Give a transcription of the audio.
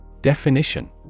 Definition